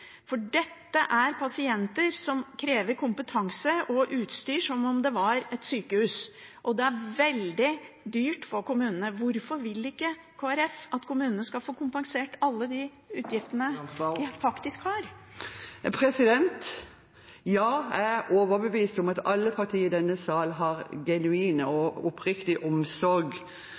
for dette er pasienter som krever kompetanse og utstyr som om det var et sykehus, og det er veldig dyrt for kommunene. Hvorfor vil ikke Kristelig Folkeparti at kommunene skal få kompensert alle utgiftene de faktisk har? Jeg er overbevist om at alle partier i denne sal har en genuin og oppriktig omsorg